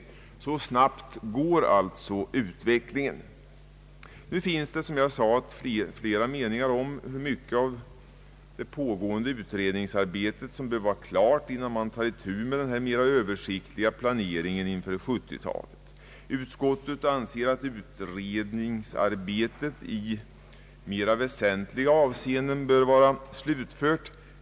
Så snabbt går alltså utvecklingen. Nu finns det också flera meningar om hur mycket av det pågående utredningsarbetet som bör vara klart innan man tar itu med den mera översiktliga planeringen inför 1970-talet. Utskottet anser att utredningsarbetet »i mera väsentliga avseenden» bör vara slutfört.